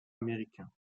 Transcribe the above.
américains